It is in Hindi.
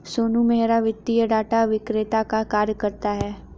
सोनू मेहरा वित्तीय डाटा विक्रेता का कार्य करता है